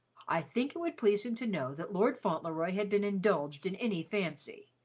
i think it would please him to know that lord fauntleroy had been indulged in any fancy.